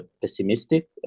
pessimistic